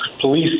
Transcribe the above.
police